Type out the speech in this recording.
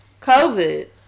COVID